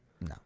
No